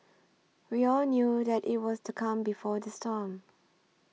we all knew that it was the calm before the storm